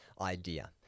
idea